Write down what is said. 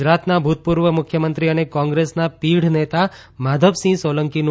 ગુજરાતના ભુતપુર્વ મુખ્યમંત્રી અને કોંગ્રેસના પીઢ નેતા માધવસિંહ સોલંકીનું